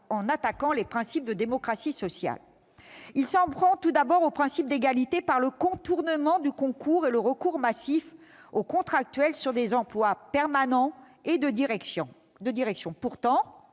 en attaquant les principes de démocratie sociale. Il s'en prend tout d'abord au principe d'égalité par le contournement du concours et le recours massif aux contractuels sur des emplois permanents et de direction. Or